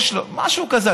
משהו כזה.